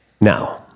Now